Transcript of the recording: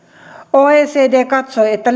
oecd katsoi että